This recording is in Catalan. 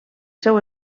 seu